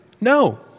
No